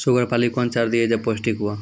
Sugar पाली कौन चार दिय जब पोस्टिक हुआ?